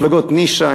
מפלגות נישה,